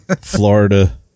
Florida